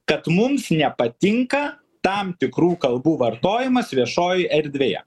kad mums nepatinka tam tikrų kalbų vartojimas viešojoje erdvėje